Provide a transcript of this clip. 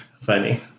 Funny